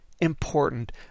important